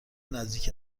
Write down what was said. نزدیک